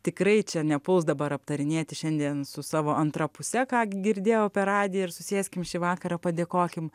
tikrai čia nepuls dabar aptarinėti šiandien su savo antra puse ką girdėjau per radiją ir susėskim šį vakarą padėkokim